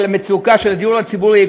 של המצוקה של הדיור הציבורי,